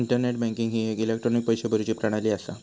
internet banking ही एक electronic पैशे भरुची प्रणाली असा